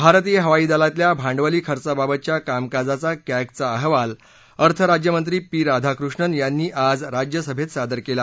भारतीय हवाई दलातल्या भांडवली खर्चाबाबतच्या कामकाजाचा कॅगचा अहवाल अर्थराज्यमंत्री पी राधाकृष्णन यांनी आज राज्यभेत सादर केला